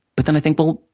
but then, i think, well,